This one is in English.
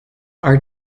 are